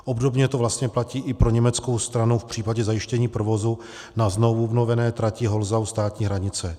Obdobně to vlastně platí i pro německou stranu v případě zajištění provozu na znovuobnovené trati Holzhau státní hranice.